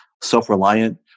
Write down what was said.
self-reliant